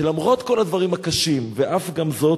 שלמרות כל הדברים הקשים ואף גם זאת,